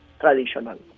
traditional